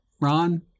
Ron